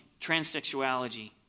transsexuality